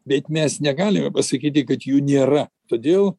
bet mes negalime pasakyti kad jų nėra todėl